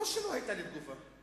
לא שלא היתה לי תגובה,